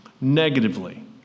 negatively